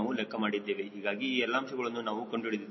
ಹೀಗಾಗಿ ಈ ಎಲ್ಲಾ ಅಂಶಗಳನ್ನು ನಾವು ಕಂಡುಹಿಡಿದಿದ್ದೇವೆ